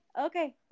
okay